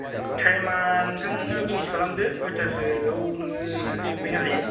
थायमा नोंथाङा मेनेज खालामदो कयथासोआव नोङो सफैनाे हायो